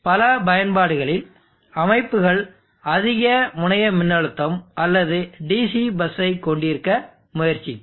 எனவே பல பயன்பாடுகளில் அமைப்புகள் அதிக முனைய மின்னழுத்தம் அல்லது DC பஸ்ஸைக் கொண்டிருக்க முயற்சிக்கும்